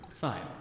fine